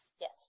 Yes